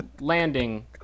...landing